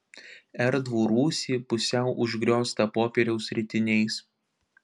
erdvų rūsį pusiau užgrioztą popieriaus ritiniais